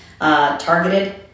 Targeted